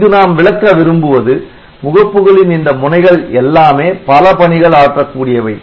இங்கு நாம் விளக்க விரும்புவது முகப்புகளின் இந்த முனைகள் எல்லாமே பல பணிகள் ஆற்றக் கூடியவை